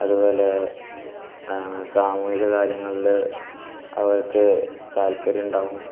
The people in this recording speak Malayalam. അത് പോലെ സാമൂഹിക കാര്യങ്ങളില് അവർക്ക് താൽപര്യമുണ്ടാവും